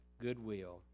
goodwill